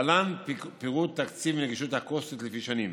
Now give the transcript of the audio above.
להלן פירוט תקציב נגישות אקוסטית לפי שנים: